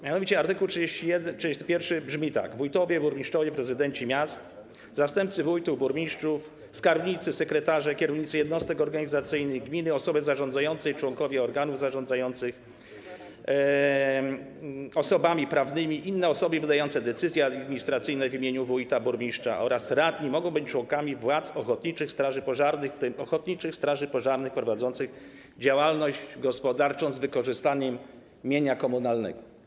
Mianowicie art. 31 brzmi: Wójtowie, burmistrzowie, prezydencji miast, zastępcy wójtów, burmistrzów, skarbnicy, sekretarze, kierownicy jednostek organizacyjnych, gminy, osoby zarządzające i członkowie organów zarządzających osobami prawnymi, inne osoby wydające decyzje administracyjne w imieniu wójta, burmistrza oraz radni mogą być członkami władz ochotniczych straży pożarnych, w tym ochotniczych straży pożarnych prowadzących działalność gospodarczą z wykorzystaniem mienia komunalnego.